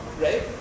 right